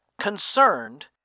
concerned